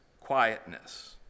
quietness